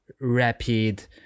rapid